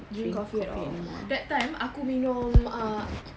drink coffee at all that time aku minum uh